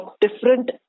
different